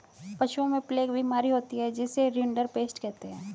पशुओं में प्लेग बीमारी होती है जिसे रिंडरपेस्ट कहते हैं